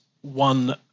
one